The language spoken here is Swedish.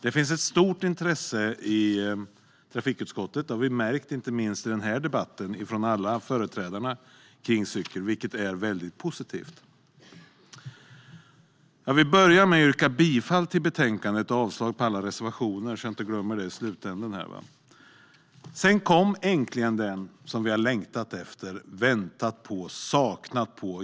Det finns ett stort intresse för cykel i trafikutskottet, vilket är positivt. Detta har vi märkt hos alla företrädare, inte minst i denna debatt. Jag vill börja med att yrka bifall till förslaget i betänkandet och avslag på alla reservationer. Så kom äntligen denna skrift som vi har längtat efter, väntat på och saknat.